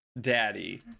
daddy